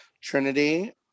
Trinity